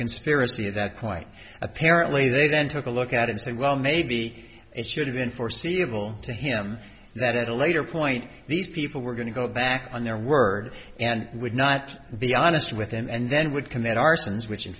conspiracy at that point apparently they then took a look at and say well maybe it should have been foreseeable to him that at a later point these people were going to go back on their word and would not be honest with him and then would commit arsons which in